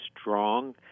strong